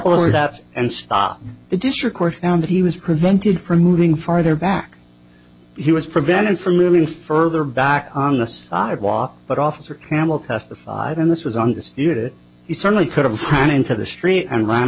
or that and stop the district court found that he was prevented from moving farther back he was prevented from moving further back on the sidewalk but officer campbell testified and this was on this unit he certainly could have run into the street and r